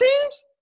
teams